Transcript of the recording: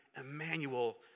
Emmanuel